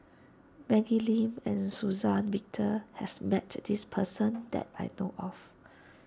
Maggie Lim and Suzann Victor has met this person that I know of